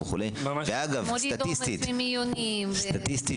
אגב סטטיסטית